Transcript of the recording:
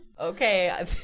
Okay